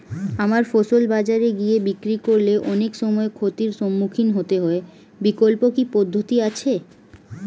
আমার ফসল বাজারে গিয়ে বিক্রি করলে অনেক সময় ক্ষতির সম্মুখীন হতে হয় বিকল্প কি পদ্ধতি আছে?